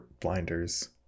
blinders